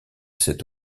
cette